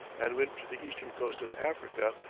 and went to the eastern coast of africa,